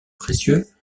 précieux